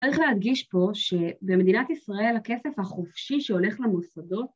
אני הולכת להדגיש פה שבמדינת ישראל הכסף החופשי שהולך למוסדות